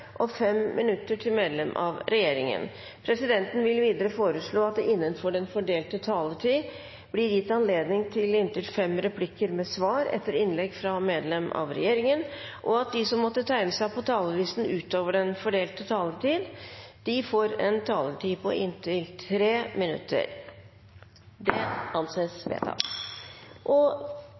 inntil fem replikker med svar etter innlegg fra medlemmer av regjeringen, og at de som måtte tegne seg på talerlisten utover den fordelte taletid, får en taletid på inntil 3 minutter. – Det anses vedtatt. Det viktigste med denne saken, etter saksordførers syn, er at man nå får et hjemmelsgrunnlag for å utveksle informasjon mellom PST og